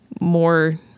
more